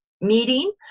meeting